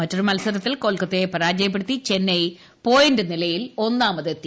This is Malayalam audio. മറ്റൊരു മൽസരത്തിൽ കൊൽക്കത്തയെ പരാജയപ്പെടുത്തി ചെന്നൈ പോയിന്റ് നിലയിൽ ഒന്നാമതെത്തി